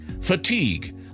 Fatigue